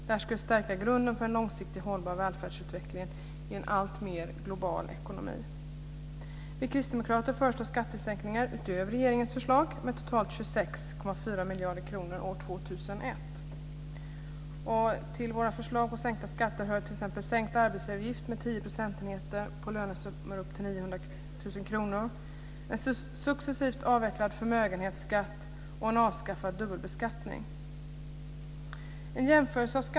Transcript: Det skulle stärka grunden för en långsiktigt hållbar välfärdsutveckling i en alltmer global ekonomi. Vi kristdemokrater föreslår skattesänkningar, utöver regeringens förslag, med totalt 26,4 miljarder kronor år 2001. Till våra förslag på sänkta skatter hör t.ex. sänkt arbetsgivaravgift på 10 procentenheter på lönesummor upp till 900 000 kr, en successivt avvecklad förmögenhetsskatt och en avskaffad dubbelbeskattning.